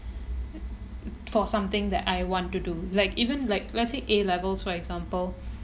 for something that I want to do like even like let's say A-levels for example